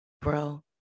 bro